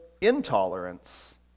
intolerance